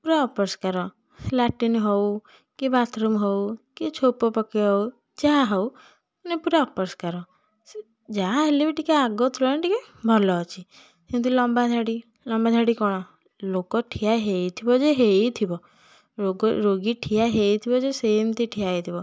ପୂରା ଅପରିଷ୍କାର ଲାଟ୍ରିନ୍ ହେଉ କି ବାଥ୍ରୁମ୍ ହେଉ କି ଛେପ ପକିଆ ହେଉ କି ଯାହା ହେଉ ମାନେ ପୂରା ଅପରିଷ୍କାର ସେ ଯାହା ହେଲେ ବି ଟିକିଏ ଆଗ ତୁଳନାରେ ଟିକିଏ ଭଲ ଅଛି ସେମିତି ଲମ୍ବାଧାଡ଼ି ଲମ୍ବାଧାଡ଼ି କ'ଣ ଲୋକ ଠିଆ ହେଇଥିବ ଯେ ହେଇଥିବ ରୋଗ ରୋଗୀ ଠିଆ ହେଇଥିବ ଯେ ସେମିତି ଠିଆ ହେଇଥିବ